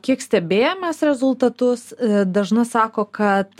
kiek stebėję mes rezultatus dažna sako kad